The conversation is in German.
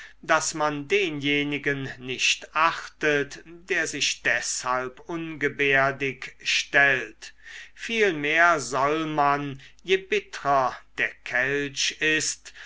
daß man denjenigen nicht achtet der sich deshalb ungebärdig stellt vielmehr soll man je bittrer der kelch ist